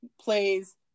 plays